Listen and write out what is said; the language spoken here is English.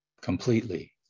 completely